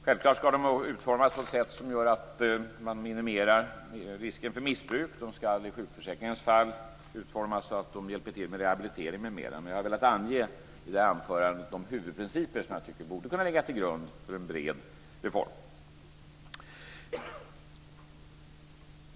Självklart ska det vara utformat på ett sätt som minimerar risken för missbruk. I sjukförsäkringarnas fall ska de utformas så att de hjälper till med rehabilitering m.m. Men jag har i det här anförandet velat ange de huvudprinciper som jag tycker borde kunna ligga till grund för en bred reform.